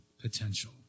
potential